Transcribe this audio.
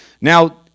Now